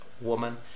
woman